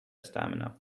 stamina